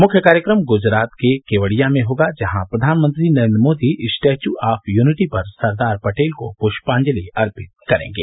मुख्य कार्यक्रम गुजरात के केवड़िया में होगा जहां प्रधानमंत्री Narendra Modi Statue of Unity पर सरदार पटेल को पुष्पांजलि अर्पित करेंगे